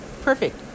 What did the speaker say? perfect